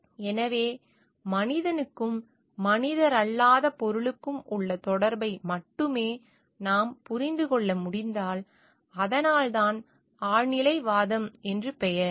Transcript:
எனவே மனிதனுக்கும் மனிதரல்லாத பொருளுக்கும் உள்ள தொடர்பை மட்டுமே நாம் புரிந்து கொள்ள முடிந்தால் அதனால்தான் ஆழ்நிலைவாதம் என்று பெயர்